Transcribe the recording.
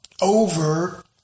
over